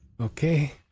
Okay